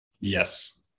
Yes